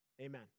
Amen